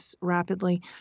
rapidly